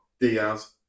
Diaz